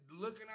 looking